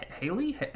haley